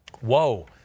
whoa